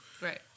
Right